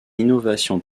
innovation